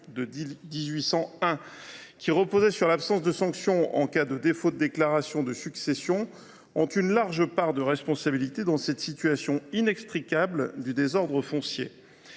de 1801, dont le principe était l’absence de sanction en cas de défaut de déclaration de succession, porte une large part de responsabilité dans cette situation inextricable de désordre foncier.